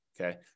Okay